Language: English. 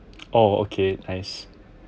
oh okay nice